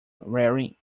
wearing